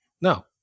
No